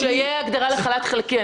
שתהיה הגדרה לחל"ת חלקי.